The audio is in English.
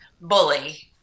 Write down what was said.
bully